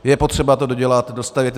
Je potřeba to dodělat, dostavět.